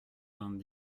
vingt